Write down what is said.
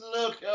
look